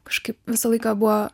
kažkaip visą laiką buvo